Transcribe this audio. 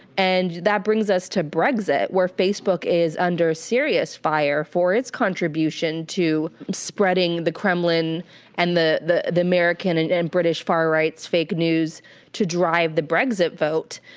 and that brings us to brexit where facebook is under serious fire for its contribution to spreading the kremlin and the the american and and british far right's fake news to drive the brexit vote.